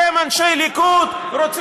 אתה גזען, לא אני.